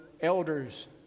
elders